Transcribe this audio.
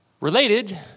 Related